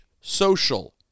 Social